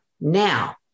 now